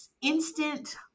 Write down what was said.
instant